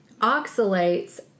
oxalates